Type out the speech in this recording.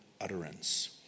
utterance